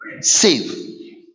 save